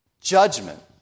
Judgment